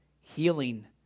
healing